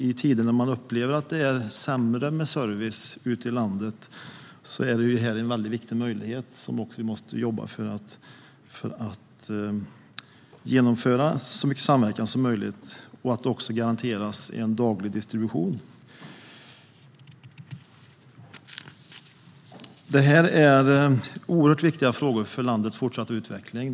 I tider då man upplever att det är sämre med service ute i landet är det här en viktig möjlighet som vi måste jobba för att genomföra i så stor samverkan som möjligt. Vi måste också jobba för att garantera daglig distribution. Det här är oerhört viktiga frågor för landets fortsatta utveckling.